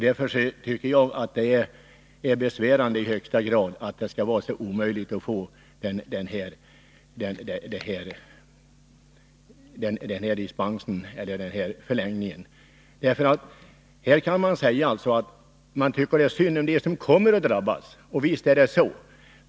Därför tycker jag att det i högsta grad är besvärande att det skall vara så omöjligt att få den här förlängningen på de gamla kontona. Här tycker man att det är synd om dem som kommer att drabbas — och visst är det så.